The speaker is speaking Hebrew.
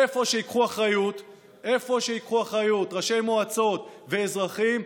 איפה שייקחו אחריות ראשי מועצות ואזרחים,